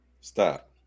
Stop